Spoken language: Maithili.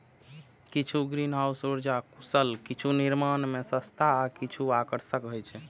किछु ग्रीनहाउस उर्जा कुशल, किछु निर्माण मे सस्ता आ किछु आकर्षक होइ छै